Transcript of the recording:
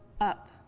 up